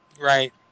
Right